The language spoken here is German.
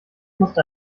musste